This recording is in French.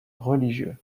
religieux